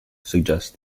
suggest